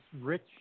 rich